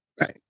Right